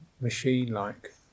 machine-like